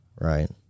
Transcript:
right